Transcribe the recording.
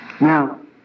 Now